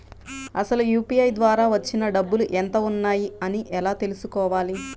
అసలు యూ.పీ.ఐ ద్వార వచ్చిన డబ్బులు ఎంత వున్నాయి అని ఎలా తెలుసుకోవాలి?